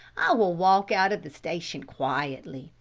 i will walk out of the station quietly,